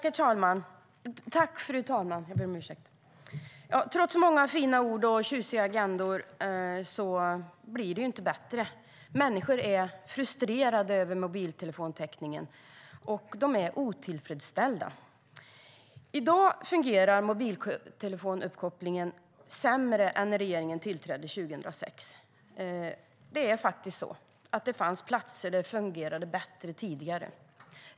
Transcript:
Fru talman! Trots många fina ord och tjusiga agendor blir det inte bättre. Människor är frustrerade över mobiltelefonitäckningen, och de är otillfredsställda. I dag fungerar mobiltelefonuppkopplingen sämre än när regeringen tillträdde 2006. Det finns faktiskt platser där det fungerade bättre tidigare.